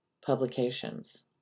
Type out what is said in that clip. publications